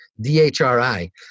D-H-R-I